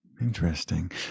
Interesting